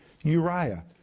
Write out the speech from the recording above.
Uriah